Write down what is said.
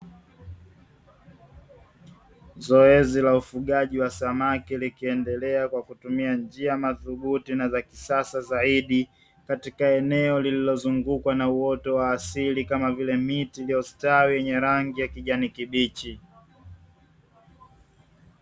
Zoezi la ufugaji wa samaki likiendelea kwa kutumia njia madhubuti na za kisasa zaidi, katika eneo lililozungukwa na uoto wa asili kama vile miti iliyostawi yenye rangi ya kijani kibichi.